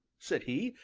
said he,